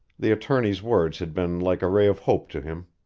the attorney's words had been like a ray of hope to him.